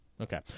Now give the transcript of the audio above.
Okay